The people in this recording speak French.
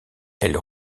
elles